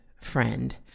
friend